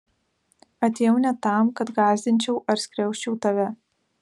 atėjau ne tam kad gąsdinčiau ar skriausčiau tave